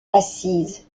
assise